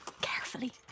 Carefully